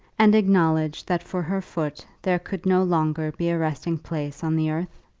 and acknowledge that for her foot there could no longer be a resting-place on the earth?